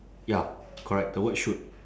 ya correct the word shoot